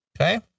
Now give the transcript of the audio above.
Okay